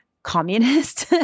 communist